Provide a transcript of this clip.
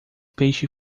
peixe